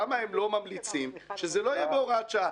למה הם לא ממליצים שזה לא יהיה בהוראת שעה?